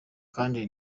kandi